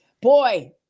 boy